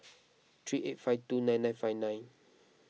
three eight five two nine nine five nine